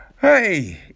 Hey